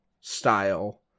style